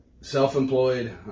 self-employed